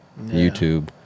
YouTube